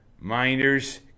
Miners